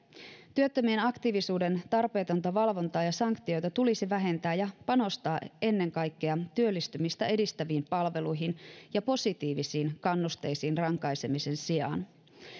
työttömien aktiivisuuden tarpeetonta valvontaa ja sanktioita tulisi vähentää ja tulisi panostaa ennen kaikkea työllistymistä edistäviin palveluihin ja positiivisiin kannusteisiin rankaisemisen sijaan